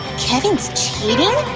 kevin's cheating?